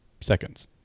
seconds